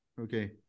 okay